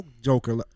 Joker